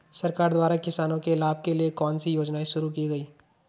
सरकार द्वारा किसानों के लाभ के लिए कौन सी योजनाएँ शुरू की गईं?